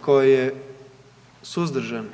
Tko je suzdržan?